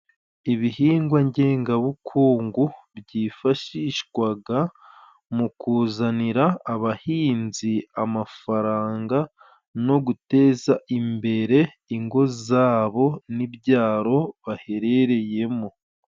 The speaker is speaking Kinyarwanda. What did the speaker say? Ibihingwa ngengabukungu byifashishwaga mu kuzanira abahinzi amafaranga no guteza imbere ingo zabo n'ibyaro baherereyemo.